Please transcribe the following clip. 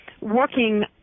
working